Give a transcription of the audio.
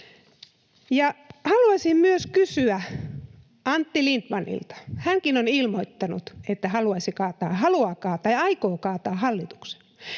haluaisin myös kysyä Antti Lindtmanilta, koska hänkin on ilmoittanut, että haluaisi kaataa, haluaa kaataa ja aikoo kaataa hallituksen: